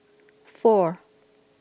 four